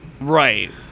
Right